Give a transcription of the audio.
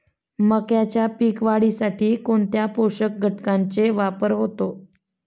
मक्याच्या पीक वाढीसाठी कोणत्या पोषक घटकांचे वापर होतो?